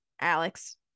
Alex